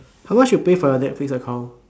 how much you pay for your netflix account